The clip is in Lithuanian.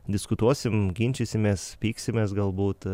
diskutuosim ginčysimės pyksimės galbūt